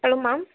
சொல்லுகள் ma'am